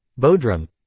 Bodrum